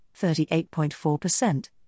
38.4%